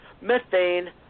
Methane